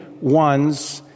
ones